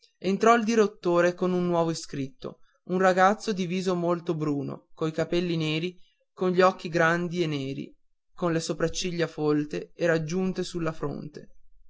entrò il direttore con un nuovo iscritto un ragazzo di viso molto bruno coi capelli neri con gli occhi grandi e neri con le sopracciglia folte e raggiunte sulla fronte